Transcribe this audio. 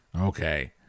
Okay